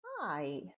Hi